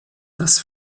das